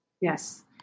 Yes